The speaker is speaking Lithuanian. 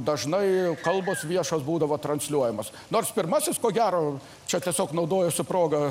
dažnai kalbos viešos būdavo transliuojamos nors pirmasis ko gero čia tiesiog naudojosi proga